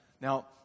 Now